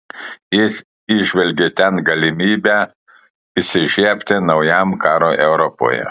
jis įžvelgė ten galimybę įsižiebti naujam karui europoje